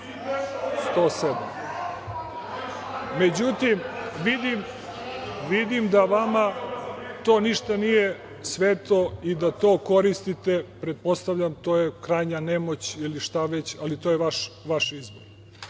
107. Međutim, vidim da vama to ništa nije sveto i da to koristite. To je, pretpostavljam, krajnja nemoć ili šta već, ali to je vaš izbor. Da